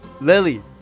Lily